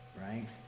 right